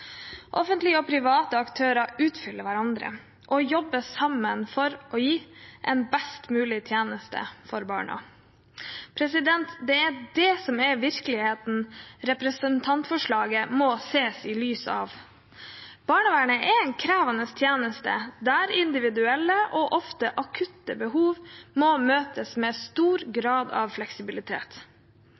Offentlige og private aktører utfyller hverandre og jobber sammen for å gi en best mulig tjeneste for barna. Det er det som er den virkeligheten som representantforslaget må ses i lys av. Barnevernet er en krevende tjeneste, der individuelle og ofte akutte behov må møtes med stor grad av fleksibilitet.